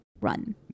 run